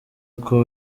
uko